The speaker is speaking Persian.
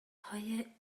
های